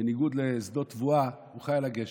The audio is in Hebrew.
בניגוד לשדות התבואה הוא חי על הגשם,